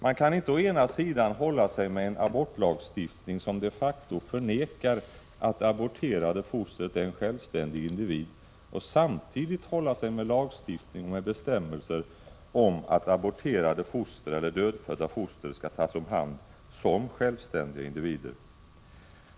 Man kan inte hålla sig med en abortlagstiftning som de facto förnekar att det aborterade fostret är en självständig individ och samtidigt ha bestämmelser om att aborterade eller dödfödda foster skall tas om hand som självständiga individer.